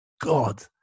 God